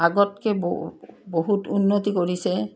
আগতকে বহুত উন্নতি কৰিছে